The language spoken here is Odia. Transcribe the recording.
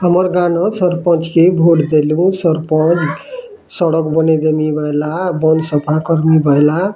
ଆମର୍ ଗାଁନୁ ସରପଞ୍ଚ କେ ଭୋଟ୍ ଦେଲୁଁ ସରପଞ୍ଚ ସଡ଼କ୍ ବନେଇଁ ଦେବିଁ କହିଲା ସଫା କରିବିଁ କହିଲା